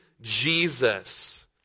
Jesus